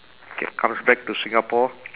K comes back to singapore